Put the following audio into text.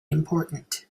important